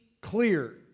clear